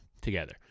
together